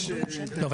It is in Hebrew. לא,